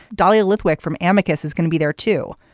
dahlia lithwick from amicus is going to be there too.